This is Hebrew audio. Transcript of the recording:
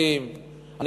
לגבי שופטים.